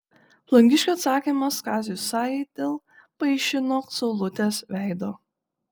plungiškio atsakymas kaziui sajai dėl paišino saulutės veido